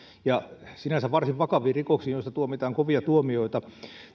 ja sinänsä varsin vakaviin rikoksiin joista tuomitaan kovia tuomioita